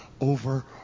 over